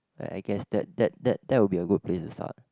I guess that that that that will be a good place to start